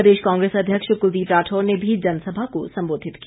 प्रदेश कांग्रेस अध्यक्ष कुलदीप राठौर ने भी जनसभा को सम्बोधित किया